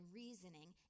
reasoning